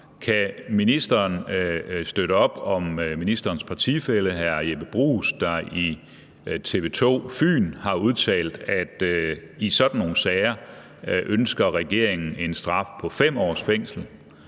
Kan ministeren støtte op om ministerens partifælle hr. Jeppe Bruus, som i TV 2 Fyn har udtalt, at i sådan nogle sager ønsker regeringen en straf på 5 års fængsel,